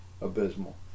abysmal